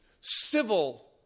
Civil